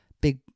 big